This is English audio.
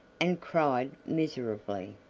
and cried miserably.